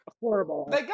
horrible